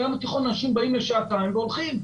בים התיכון, אנשים באים לשעתיים והולכים.